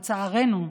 לצערנו,